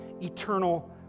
eternal